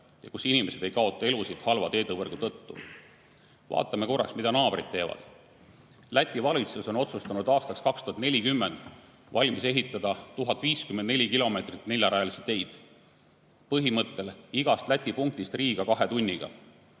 ja kus inimesed ei kaota halva teevõrgu tõttu elusid. Vaatame korraks, mida naabrid teevad. Läti valitsus on otsustanud aastaks 2040 valmis ehitada 1054 kilomeetrit neljarajalisi teid põhimõttel, et igast Läti punktist saaks Riiga kahe tunniga.